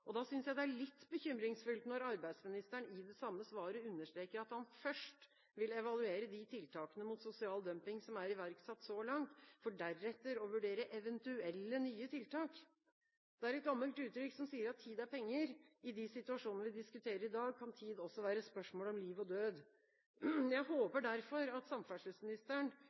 er litt bekymringsfullt når arbeidsministeren i det samme svaret understreker at han først vil evaluere de tiltakene mot sosial dumping som er iverksatt så langt, for deretter å vurdere eventuelle nye tiltak. Det er et gammelt uttrykk som sier at tid er penger. I de situasjonene vi diskuterer i dag, kan tid også være spørsmål om liv og død. Jeg håper derfor at samferdselsministeren